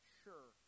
sure